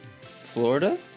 Florida